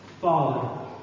Father